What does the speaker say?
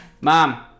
mom